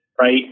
right